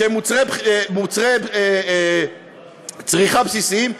שהם מוצרי צריכה בסיסיים,